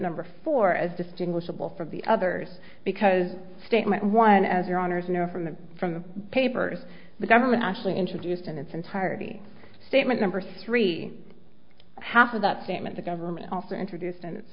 number four as distinguishable from the others because statement one as your owners know from the from the papers the government actually introduced in its entirety statement number three half of that statement the government also introduced in its